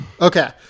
Okay